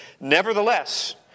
Nevertheless